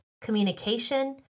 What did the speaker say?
communication